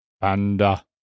Panda